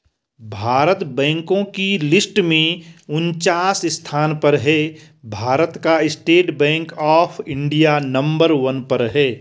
भारत बैंको की लिस्ट में उनन्चास स्थान पर है भारत का state bank of India number one पर है